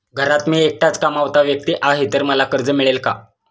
घरात मी एकटाच कमावता व्यक्ती आहे तर मला कर्ज मिळेल का?